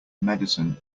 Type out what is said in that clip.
medicine